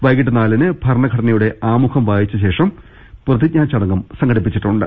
വൈകിട്ട് നാലിന് ഭരണഘടനയുടെ ആമുഖം വായിച്ചശേ ഷം പ്രതിജ്ഞാചടങ്ങും സംഘടിപ്പിച്ചിട്ടുണ്ട്